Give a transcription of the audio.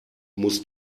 muss